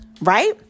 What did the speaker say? Right